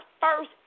first